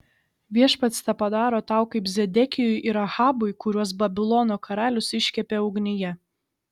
viešpats tepadaro tau kaip zedekijui ir ahabui kuriuos babilono karalius iškepė ugnyje